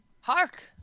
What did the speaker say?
Hark